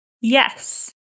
Yes